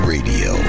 Radio